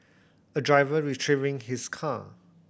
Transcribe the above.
a driver retrieving his car